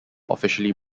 officially